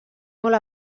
molt